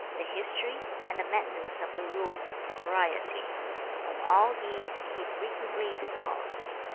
the history, and the maintenance of the rules of propriety. on all these he frequently discoursed.